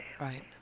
Right